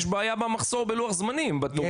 יש בעיה במחסור של לוח הזמנים בתורים.